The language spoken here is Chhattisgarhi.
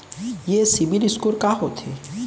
ये सिबील स्कोर का होथे?